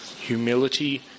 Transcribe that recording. Humility